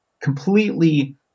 completely